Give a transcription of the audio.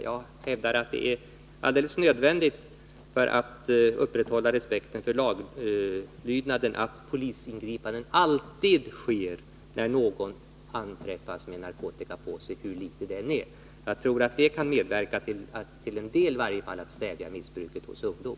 Jag hävdar att det för att upprätthålla laglydnaden är alldeles nödvändigt att polisingripanden alltid görs när någon anträffas med narkotika på sig, hur litet det än är. Jag tror att detta kan medverka till att, till en del i varje fall, stävja missbruket hos ungdom.